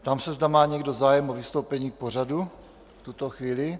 Ptám se, zda má někdo zájem o vystoupení k pořadu v tuto chvíli.